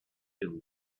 can